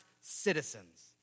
citizens